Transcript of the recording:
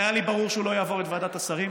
היה לי ברור שהוא לא יעבור את ועדת השרים.